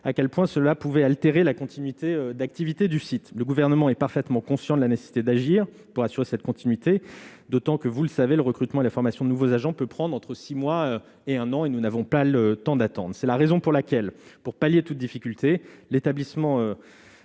à quel point une telle décision peut altérer la continuité d'activité de ce site. Le Gouvernement est parfaitement conscient de la nécessité d'agir pour assurer cette continuité, mais, vous le savez, le recrutement et la formation de nouveaux agents peuvent prendre entre six mois et un an. Or nous n'avons pas le temps d'attendre. C'est la raison pour laquelle, afin de pallier toute difficulté, l'établissement